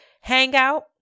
hangout